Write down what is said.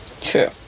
True